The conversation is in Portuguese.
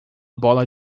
bola